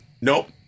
Nope